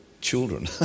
children